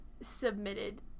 submitted